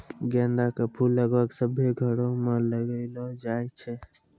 गेंदा के फूल लगभग सभ्भे घरो मे लगैलो जाय छै